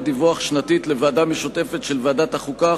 דיווח שנתית לוועדה משותפת של ועדת החוקה,